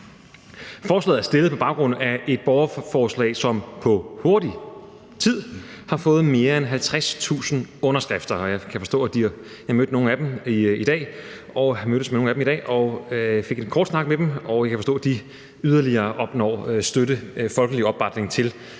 Forslaget er stillet på baggrund af et borgerforslag, som på kort tid har fået mere end 50.000 underskrifter. Jeg mødtes med nogle af forslagsstillerne i dag og fik en kort snak med dem, og jeg kan forstå, at de yderligere har opnået støtte og folkelig opbakning til